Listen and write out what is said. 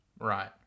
Right